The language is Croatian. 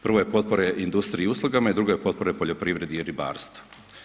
Prvo je potpore industriji i uslugama i drugo je potpore poljoprivredi i ribarstvu.